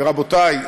ורבותי,